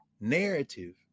narrative